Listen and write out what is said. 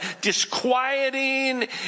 disquieting